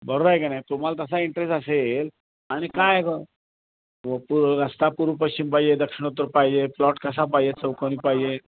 बरोबर आहे का नाही तुम्हाला तसा इंटरेस्ट असेल आणि काय गं पु पुर रस्ता पूर्व पश्चिम पाहिजे दक्षिण उत्तर पाहिजे प्लॉट कसा पाहिजे चौकोनी पाहिजे